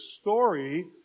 story